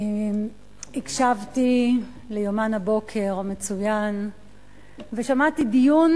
הקשבתי ליומן הבוקר המצוין ושמעתי דיון